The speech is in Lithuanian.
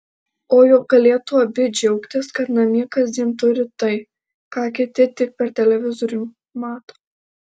o juk galėtų abi džiaugtis kad namie kasdien turi tai ką kiti tik per televizorių mato